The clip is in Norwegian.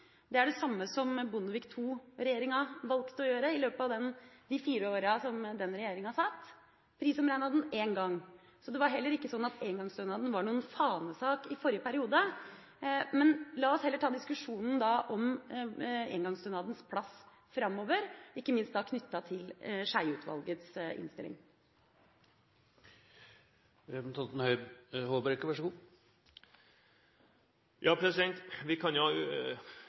Det er det samme som Bondevik II-regjeringa valgte å gjøre i løpet av de fire årene den satt – de prisomregnet den én gang. Så det var ikke sånn at engangsstønaden var noen fanesak i forrige periode. La oss heller ta diskusjonen om engangsstønadens plass framover, ikke minst knyttet til